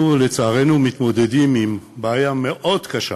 אנחנו, לצערנו, מתמודדים עם בעיה מאוד קשה